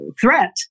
threat